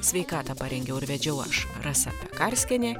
sveikatą parengiau ir vedžiau aš rasa pekarskienė